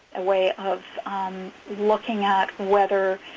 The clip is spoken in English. a way of looking at whether